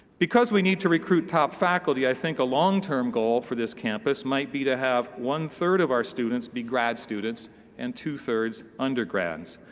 because we need to recruit top faculty, i think a long-term goal for this campus might be to have one-third of our students be grad students and two-thirds undergrads.